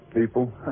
people